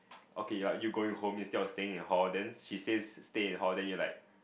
okay you are you going home instead of staying in hall then she says stay at hall then you like